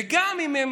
וגם אם הם